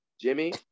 Jimmy